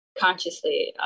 consciously